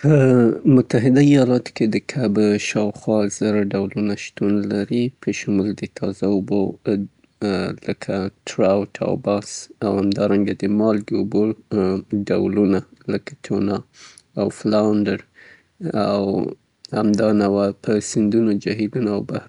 په یوه عادي هیواد کې ممکن له دوه سوه نه تر دری سوه پورې مختلف کبان وجود ولري څې دا کیدای سي د خوږو اوبو او د تروشو اوبو